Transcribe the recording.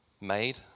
made